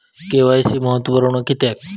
KYC महत्त्वपुर्ण किद्याक?